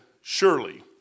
Surely